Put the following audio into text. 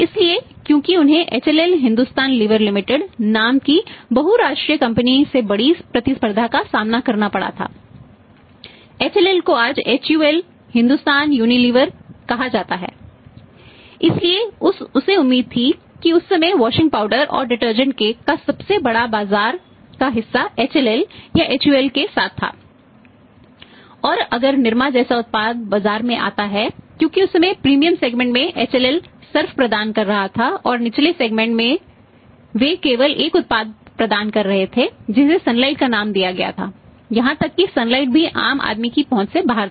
इसलिए उसे उम्मीद थी कि उस समय वाशिंग पाउडर भी आम आदमी की पहुँच से बाहर था